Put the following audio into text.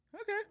Okay